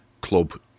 club